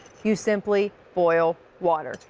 you simply boil water.